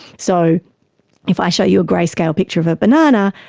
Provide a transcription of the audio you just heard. so if i show you a grey-scale picture of a banana,